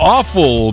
Awful